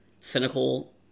cynical